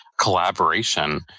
collaboration